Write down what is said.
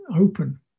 open